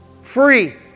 free